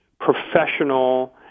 professional